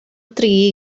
dri